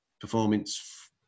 performance